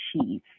achieve